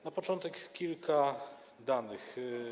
Na początek kilka danych.